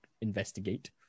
investigate